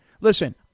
Listen